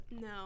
No